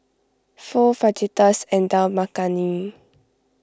Pho Fajitas and Dal Makhani